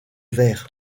verre